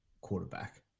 quarterback